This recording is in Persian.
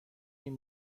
این